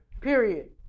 period